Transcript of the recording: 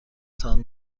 تان